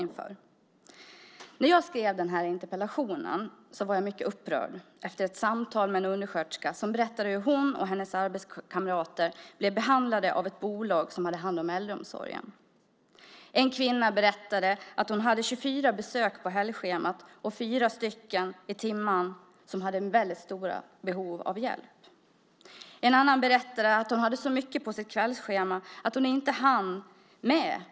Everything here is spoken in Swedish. När jag skrev den här interpellationen var jag mycket upprörd efter ett samtal med en undersköterska som berättade hur hon och hennes arbetskamrater blev behandlade av ett bolag som hade hand om äldreomsorgen. En kvinna berättade att hon hade 24 besök på helgschemat och 4 i timmen som hade väldigt stora behov av hjälp. En annan berättade att hon hade så mycket på sitt kvällsschema att hon inte hann med.